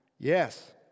Yes